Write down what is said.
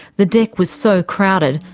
the deck was so crowded,